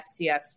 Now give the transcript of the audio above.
FCS